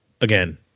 Again